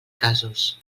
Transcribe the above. casos